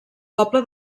poble